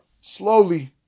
slowly